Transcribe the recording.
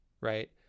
right